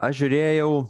aš žiūrėjau